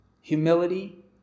humility